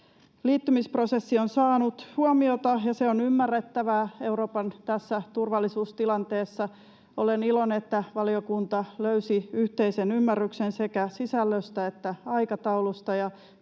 Liittymisprosessi on saanut huomiota, ja se on ymmärrettävää Euroopan tässä turvallisuustilanteessa. Olen iloinen, että valiokunta löysi yhteisen ymmärryksen sekä sisällöstä että aikataulusta.